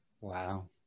Wow